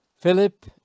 Philip